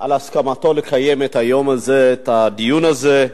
על הסכמתו לקיים את הדיון הזה.